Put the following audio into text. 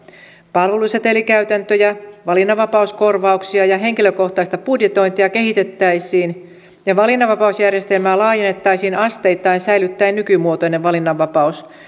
palvelusetelikäytäntöjä valinnanvapauskorvauksia ja henkilökohtaista budjetointia kehitettäisiin ja valinnanvapausjärjestelmää laajennettaisiin asteittain säilyttäen nykymuotoinen valinnanvapaus